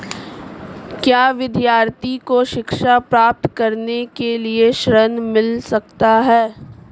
क्या विद्यार्थी को शिक्षा प्राप्त करने के लिए ऋण मिल सकता है?